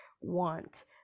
want